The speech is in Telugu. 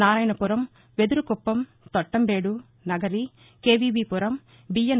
నారాయణపురం వెదురుకుప్పం తౌట్లంబేదు నగరి కేవీబీపురం బీఎన్